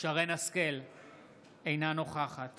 אינה נוכחת